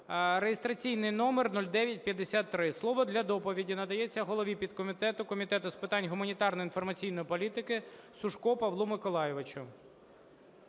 (реєстраційний номер 0953). Слово для доповіді надається голові підкомітету Комітету з питань гуманітарної інформаційної політики Сушку Павлу Миколайовичу.